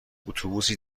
اتوبوسی